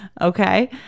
Okay